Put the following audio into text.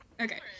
Okay